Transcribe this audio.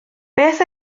beth